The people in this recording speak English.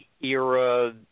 era